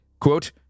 quote